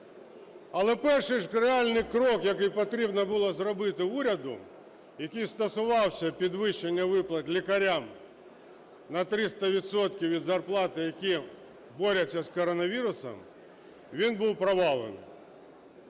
але перший реальний крок, який потрібно було зробити уряду, який стосувався підвищення виплат лікарям на 300 відсотків від зарплати, які борються з коронавірусом, він був провалений.